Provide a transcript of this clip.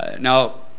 Now